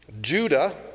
Judah